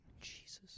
Jesus